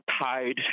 tied